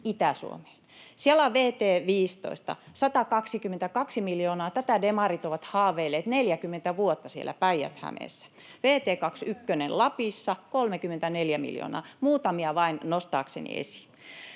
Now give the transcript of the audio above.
Itä-Suomeen. Siellä on vt 15, 122 miljoonaa — tätä demarit ovat haaveilleet 40 vuotta siellä Päijät-Hämeessä — ja vt 21 Lapissa, 34 miljoonaa, muutamia vain nostaakseni esiin.